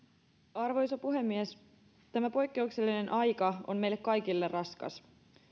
arvoisa puhemies tämä poikkeuksellinen aika on meille kaikille raskas